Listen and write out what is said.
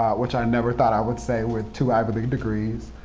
which i never thought i would say with two ivy league degrees.